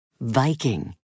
Viking